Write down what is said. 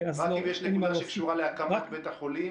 רק אם יש נקודה שקשורה להקמת בית החולים